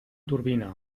turbina